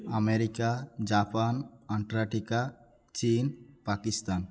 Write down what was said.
America Japan Antarctica ଚୀନ ପାକିସ୍ତାନ